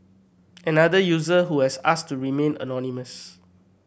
another user who has asked to remain anonymous